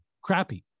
Crappy